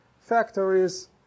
factories